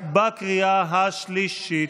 בקריאה השלישית.